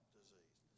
disease